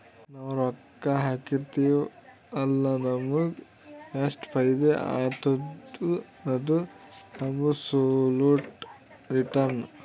ನಾವ್ ರೊಕ್ಕಾ ಹಾಕಿರ್ತಿವ್ ಅಲ್ಲ ನಮುಗ್ ಎಷ್ಟ ಫೈದಾ ಆತ್ತುದ ಅದು ಅಬ್ಸೊಲುಟ್ ರಿಟರ್ನ್